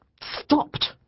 stopped